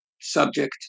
subject